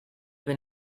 been